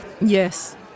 Yes